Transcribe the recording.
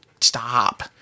stop